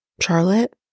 Charlotte